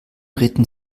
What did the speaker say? ritten